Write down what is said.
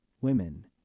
women